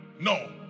no